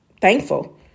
thankful